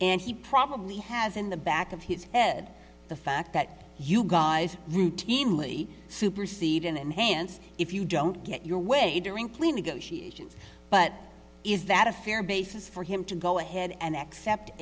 and he probably has in the back of his head the fact that you guys routinely supersede an enhanced if you don't get your way during plea negotiations but is that a fair basis for him to go ahead and accept